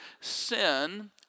sin